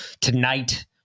tonight